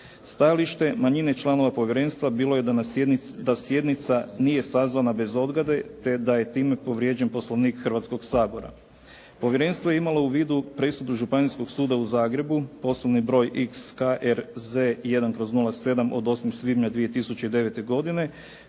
Stajalište manjine članova povjerenstva bilo je da sjednica nije sazvana bez odgode te da je time povrijeđen Poslovnik Hrvatskoga sabora. Povjerenstvo je imalo u vidu presudu Županijskog suda u Zagrebu poslovni broj XKRZ1/07 od 8. svibnja 2009. godine